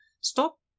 Stop